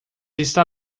está